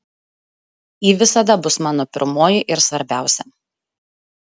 ji visada bus mano pirmoji ir svarbiausia